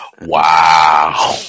Wow